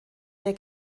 der